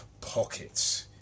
pockets